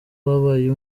babaye